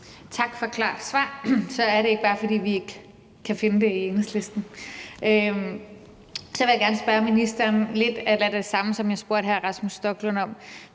Tak for et klart svar. Så er det ikke bare, fordi vi ikke kan finde det i Enhedslisten. Så vil jeg gerne spørge ministeren om lidt det samme, som jeg spurgte hr. Rasmus Stoklund om: